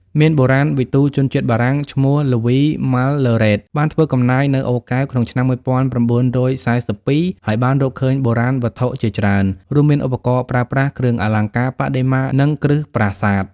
មានបុរាណវិទូជនជាតិបារាំងឈ្មោះ ល្វី ម៉ាល់ឡឺរ៉េត បានធ្វើកំណាយនៅអូរកែវ ឆ្នាំ១៩៤២ ហើយបានរកឃើញបុរាណវត្ថុជាច្រើន រួមមានឧបករណ៍ប្រើប្រាស់ គ្រឿងអលង្ការ បដិមា និងគ្រឹះប្រាសាទ។